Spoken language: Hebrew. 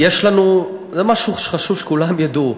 יש לנו, וזה משהו שחשוב שכולם ידעו,